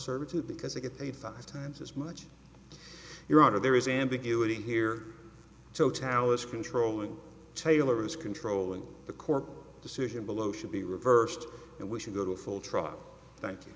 servitude because they get paid five times as much your honor there is ambiguity here so tao is controlling taylor is controlling the court decision below should be reversed and we should go to a full trial thank you